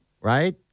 right